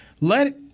Let